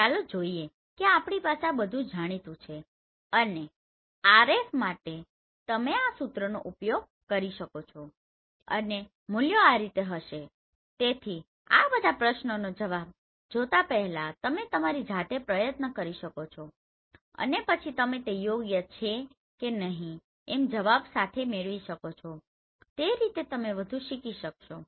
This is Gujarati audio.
હવે ચાલો જોઈએ કે આપણી પાસે આ બધુ જાણીતુ છે અને RF માટે તમે આ સૂત્રનો ઉપયોગ કરી શકો છો અને મૂલ્યો આ રીતે હશે તેથી આ બધા પ્રશ્નોનો જવાબ જોતા પહેલા તમે તમારી જાતે પ્રયત્ન કરી શકો છો અને પછી તમે તે યોગ્ય છે કે નહીં એમ જવાબો સાથે મેળવી શકો છો તે રીતે તમે વધુ શીખી શકશો